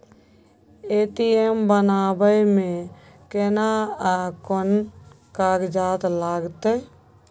ATM बनाबै मे केना कोन कागजात लागतै?